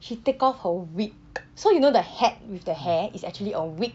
she take off her wig so you know the hat with the hair is actually a wig